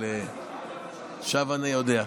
אבל עכשיו אני יודע.